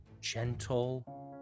gentle